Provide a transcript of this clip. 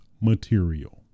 material